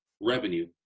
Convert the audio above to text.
revenue